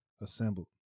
assembled